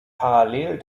parallel